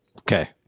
Okay